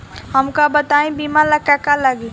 हमका बताई बीमा ला का का लागी?